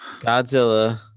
godzilla